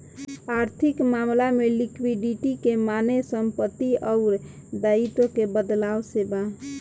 आर्थिक मामला में लिक्विडिटी के माने संपत्ति अउर दाईत्व के बदलाव से बा